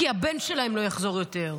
כי הבן שלהם לא יחזור יותר.